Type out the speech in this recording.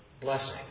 blessing